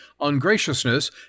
ungraciousness